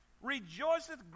rejoiceth